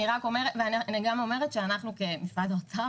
אני רק אומרת שאנחנו כמשרד האוצר,